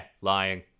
lying